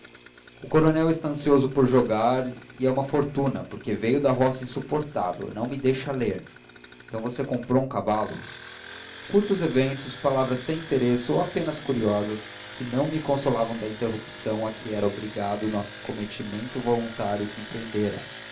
o coronel está ansioso por jogar e é uma fortuna porque veio da roga insuportável e não me deixa ler então você comprou um cavalo curtos eventos palavras sem interesse ou apenas curiosas que me não consolavam da interrupção a que era obrigado no cometimento voluntário que empreendera